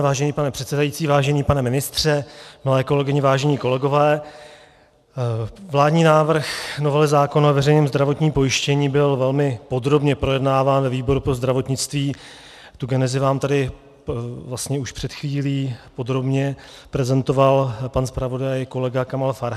Vážený pane předsedající, vážený pane ministře, milé kolegyně, vážení kolegové, vládní návrh novely zákona o veřejném zdravotním pojištění byl velmi podrobně projednáván ve výboru pro zdravotnictví, tu genezi vám tady vlastně už před chvílí podrobně prezentoval pan zpravodaj, kolega Kamal Farhan.